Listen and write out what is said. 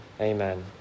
Amen